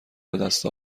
بدست